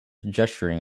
gesturing